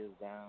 down